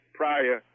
prior